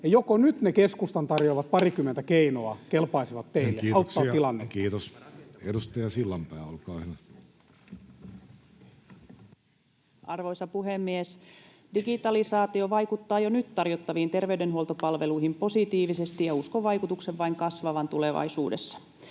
[Puhemies: Kiitoksia!] auttamaan tilannetta. Kiitos. — Edustaja Sillanpää, olkaa hyvä. Arvoisa puhemies! Digitalisaatio vaikuttaa jo nyt tarjottaviin terveydenhuoltopalveluihin positiivisesti, ja uskon vaikutuksen vain kasvavan tulevaisuudessa.